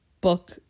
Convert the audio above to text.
book